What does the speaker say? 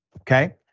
okay